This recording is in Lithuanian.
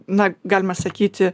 na galima sakyti